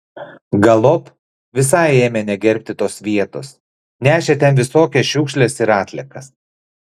galop visai ėmė negerbti tos vietos nešė ten visokias šiukšles ir atliekas